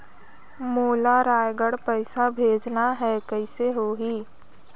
मोला रायगढ़ पइसा भेजना हैं, कइसे होही?